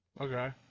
Okay